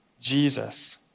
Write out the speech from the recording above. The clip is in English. Jesus